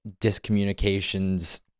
discommunications